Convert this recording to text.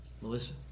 Melissa